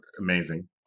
amazing